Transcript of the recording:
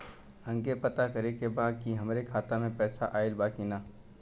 हमके पता करे के बा कि हमरे खाता में पैसा ऑइल बा कि ना?